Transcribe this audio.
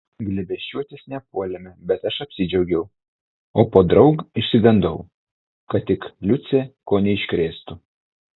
glėbesčiuotis nepuolėme bet aš apsidžiaugiau o podraug išsigandau kad tik liucė ko neiškrėstų